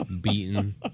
Beaten